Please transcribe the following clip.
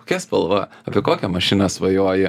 kokia spalva apie kokią mašiną svajoji